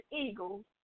eagles